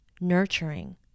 nurturing